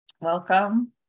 Welcome